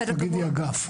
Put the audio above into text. בסדר גמור,